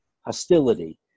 hostility